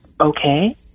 okay